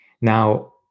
Now